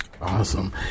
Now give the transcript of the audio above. Awesome